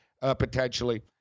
potentially